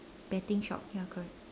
betting shop ya correct